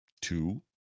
two